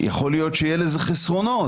יכול להיות שיהיו לזה חסרונות,